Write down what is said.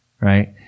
right